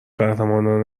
قهرمانان